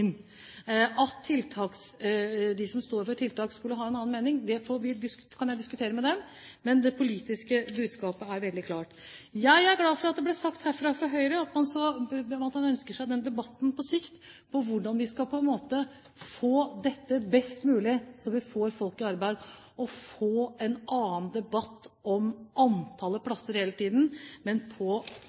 de som står for tiltak, skulle ha en annen mening, kan jeg diskutere med dem, men det politiske budskapet er veldig klart. Jeg er glad for at det fra Høyre her ble sagt at man på sikt ønsker seg at debatten går på hvordan man skal gjøre dette best mulig for å få folk i arbeid, at man får en annen debatt enn hele tiden om antallet plasser,